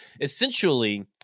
essentially